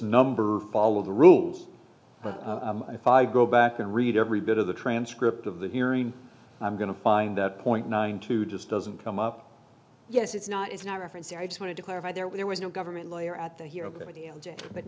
number follow the rules but if i go back and read every bit of the transcript of the hearing i'm going to find that point nine two just doesn't come up yes it's not it's not reference here i just wanted to clarify there was no government lawyer at the hero but